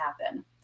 happen